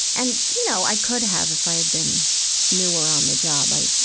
and, you know, i could have, if i had been newer on the job, i,